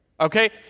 okay